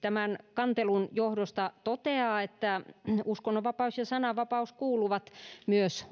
tämän kantelun johdosta toteaa että uskonnonvapaus ja sananvapaus kuuluvat myös